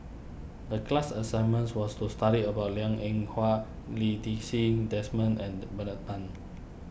the class assignment was to study about Liang Eng Hwa Lee Ti Seng Desmond and Bernard Tan